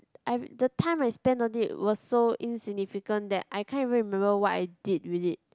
I r~ the time I spend on it was so insignificant that I can't even remember what I did with it